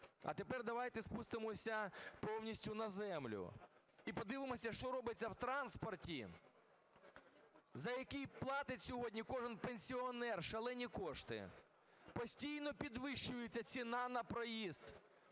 А тепер давайте спустимося повністю на землю і подивимося, що робиться в транспорті, за який платить сьогодні кожний пенсіонер шалені кошти. Постійно підвищується ціна на проїзд